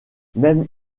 même